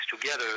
together